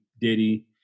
Diddy